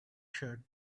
shirt